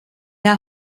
are